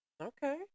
Okay